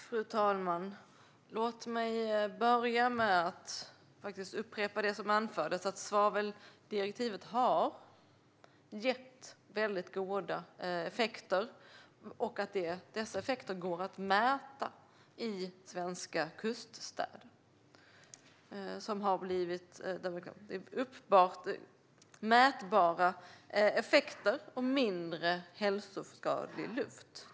Fru talman! Låt mig börja med att faktiskt upprepa det som anfördes. Svaveldirektivet har gett väldigt goda effekter. Dessa effekter går att mäta i svenska kuststäder. Det är uppenbart mätbara effekter. Luften är mindre hälsoskadlig.